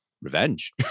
revenge